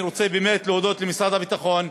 אני רוצה באמת להודות למשרד הביטחון,